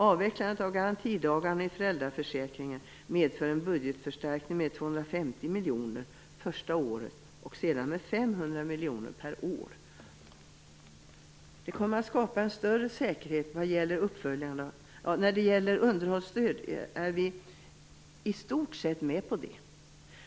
Avvecklandet av garantidagarna i föräldraförsäkringen medför en budgetförstärkning med 250 miljoner första året och sedan med 500 miljoner per år. Regeringens nya lag om underhållsstöd är vi stort med på.